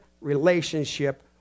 relationship